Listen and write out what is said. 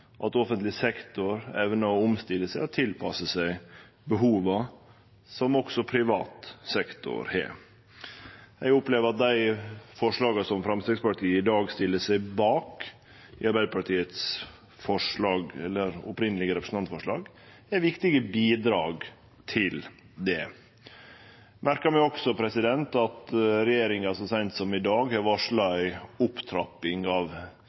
at offentleg sektor evnar å omstille seg og tilpasse seg behova som også privat sektor har. Eg opplever at dei forslaga som Framstegspartiet i dag stiller seg bak i Arbeidarpartiets opphavlege representantforslag, er viktige bidrag til det. Eg merkar meg også at regjeringa så seint som i dag har varsla ei opptrapping av